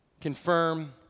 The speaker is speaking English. confirm